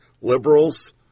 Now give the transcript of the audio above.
liberals